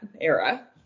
era